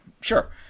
sure